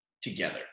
together